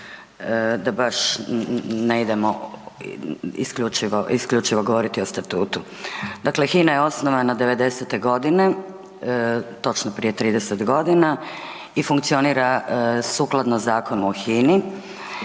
da baš ne idemo isključivo govoriti o statutu. Dakle HINA je osnovana 90-te godine, točno prije 30 g. i funkcionira sukladno Zakonu o HINA-i.